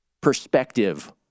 perspective